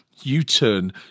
U-turn